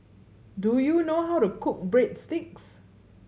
do you know how to cook Breadsticks